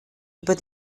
über